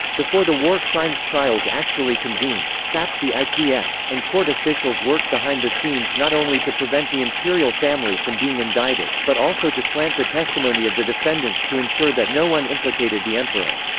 before the war crimes trials actually convened, scap, the ips, and court officials worked behind the scenes not only to prevent the imperial family from being indicted, but also to slant the testimony of the defendants to ensure that no one implicated the emperor.